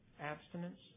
abstinence